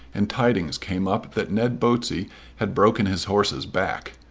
and tidings came up that ned botsey had broken his horse's back.